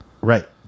Right